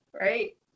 right